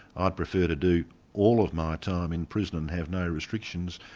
ah i'd prefer to do all of my time in prison and have no restrictions,